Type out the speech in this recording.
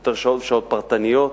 שעות פרטניות,